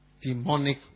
Demonic